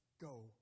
go